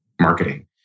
marketing